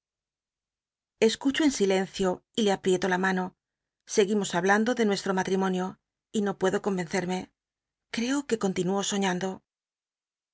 escucho en silencio y le aprieto la mano seguimos hablando de nuestro matrimonio y no puedo con vencerme creo que continúo soñando